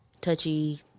touchy